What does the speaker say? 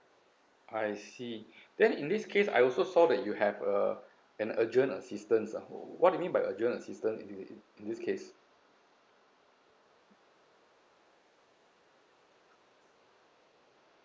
I see then in this case I also saw that you have uh an urgent assistance ah what it mean by urgent assistant in t~ in this case